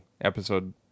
episode